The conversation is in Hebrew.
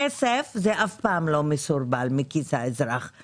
מה עם הכסף שמונח שם במוסדות המדינה שאתם